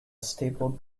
stable